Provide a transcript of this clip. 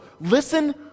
Listen